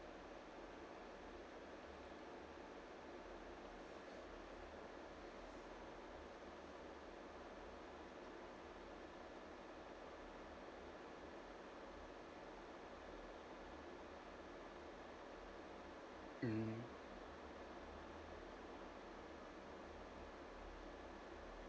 mm